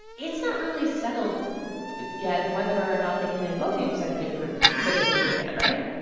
it's not really settled yet whether or not they can invoke executive privilege privilege with mcgahn, right?